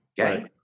Okay